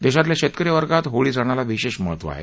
देशातल्या शेतकरी वर्गात होळी सणाला विशेष महत्त्व आहे